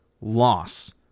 loss